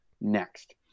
Next